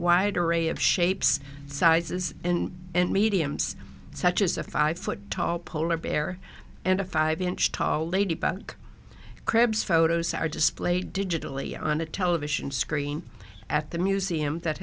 wide array of shapes sizes and mediums such as a five foot tall polar bear and a five inch tall ladybug cribs photos are displayed digitally on a television screen at the museum that